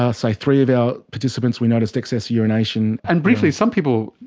ah say three of our participants we noticed excess urination. and briefly, some people,